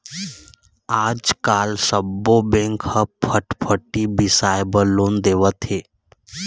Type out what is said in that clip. आजकाल सब्बो बेंक ह फटफटी बिसाए बर लोन देवत हे